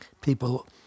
people